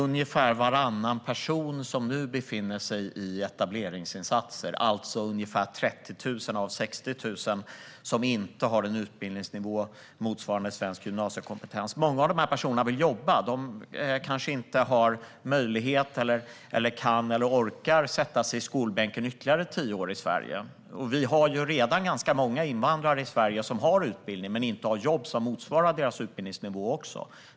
Ungefär varannan person som nu befinner sig i etableringsinsatser, alltså ca 30 000 av 60 000, saknar utbildningsnivå motsvarande svensk gymnasiekompetens. Många av dessa personer vill jobba. De kanske inte har möjlighet, kan eller orkar sätta sig i skolbänken i Sverige i ytterligare tio år. Vi har också redan ganska många invandrare i Sverige som har utbildning men inte jobb som motsvarar deras utbildningsnivå.